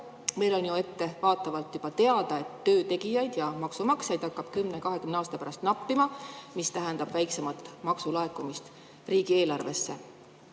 Meil on ju ettevaatavalt juba teada, et töö tegijaid ja maksumaksjaid 10–20 aasta pärast napib, mis tähendab väiksemat maksulaekumist riigieelarvesse.